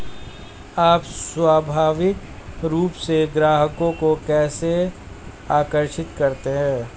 आप स्वाभाविक रूप से ग्राहकों को कैसे आकर्षित करते हैं?